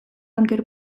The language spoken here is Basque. anker